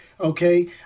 Okay